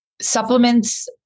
Supplements